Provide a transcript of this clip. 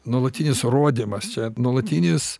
nuolatinis rodymas čia nuolatinis